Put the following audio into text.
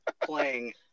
playing